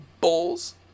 Bowls